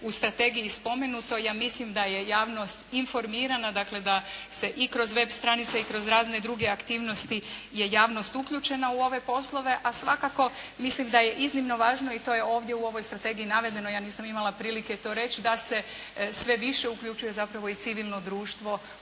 u strategiji spomenuto. Ja mislim da je javnost informirana, dakle da se i kroz web stranice i kroz razne druge aktivnosti je javnost uključena u ove poslove, a svakako mislim da je iznimno važno i to je ovdje u ovoj strategiji navedeno, ja nisam imala prilike to reći da se sve više uključuje zapravo i civilno društvo